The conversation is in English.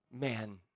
Man